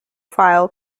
file